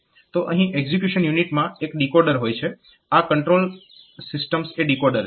તો અહીં એક્ઝીક્યુશન યુનિટમાં એક ડીકોડર હોય છે આ કંટ્રોલ સિસ્ટમ્સ એ ડીકોડર છે